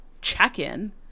check-in